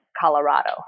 Colorado